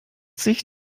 sich